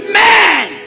man